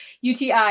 UTI